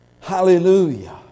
Hallelujah